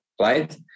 right